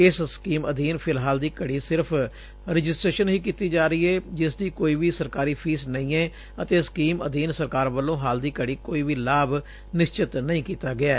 ਇਸ ਸਕੀਮ ਅਧੀਨ ਫਿਲਹਾਲ ਦੀ ਘੜੀ ਸਿਰਫ ਰਜਿਸਟੇਸ਼ਨ ਹੀ ਕੀਤੀ ਜਾ ਰਹੀ ਏ ਜਿਸਦੀ ਕੋਈ ਵੀ ਸਰਕਾਰੀ ਫੀਸ ਨਹੀ ਏ ਅਤੇ ਸਕੀਮ ਅਧੀਨ ਸਰਕਾਰ ਵੱਲੋਂ ਹਾਲ ਦੀ ਘੜੀ ਕੋਈ ਵੀ ਲਾਭ ਨਿਸ਼ਚਿਤ ਨਹੀ ਕੀਤਾ ਗਿਐ